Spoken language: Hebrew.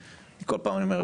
כל פעם אני אומר,